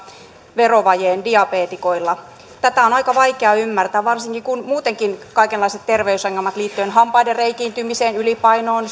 verovajeen diabeetikoilla tätä on on aika vaikea ymmärtää varsinkin kun muutenkin kaikenlaiset terveysongelmat liittyen hampaiden reikiintymiseen ylipainoon